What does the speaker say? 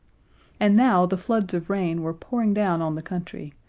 and now the floods of rain were pouring down on the country,